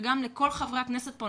וגם לכל חברי הכנסת פה.